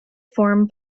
form